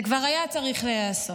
זה כבר היה צריך להיעשות.